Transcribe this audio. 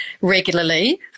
regularly